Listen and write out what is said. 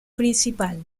principal